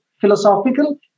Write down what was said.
philosophical